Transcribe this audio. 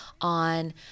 on